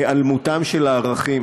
היעלמותם של הערכים